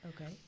Okay